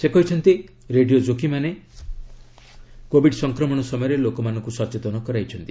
ସେ କହିଛନ୍ତି radio jockey ମାନେ କୋବିଡ୍ ସଂକ୍ରମଣ ସମୟରେ ଲୋକମାନଙ୍କୁ ସଚେତନ କରାଇଛନ୍ତି